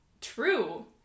True